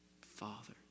Father